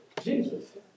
Jesus